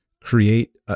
create